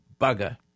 bugger